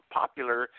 popular